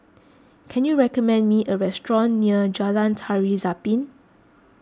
can you recommend me a restaurant near Jalan Tari Zapin